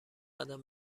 قدم